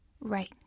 Right